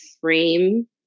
frame